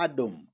Adam